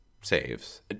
saves